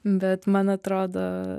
bet man atrodo